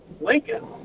Lincoln